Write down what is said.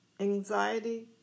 anxiety